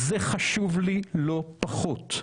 זזה חשוב לי לא פחות.